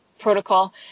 protocol